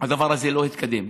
הדבר לא התקדם.